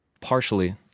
partially